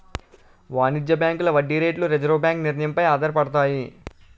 వాణిజ్య బ్యాంకుల వడ్డీ రేట్లు రిజర్వు బ్యాంకు నిర్ణయం పై ఆధారపడతాయి